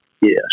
Yes